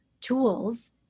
tools